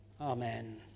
amen